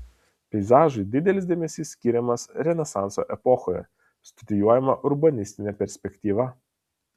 peizažui didelis dėmesys skiriamas renesanso epochoje studijuojama urbanistinė perspektyva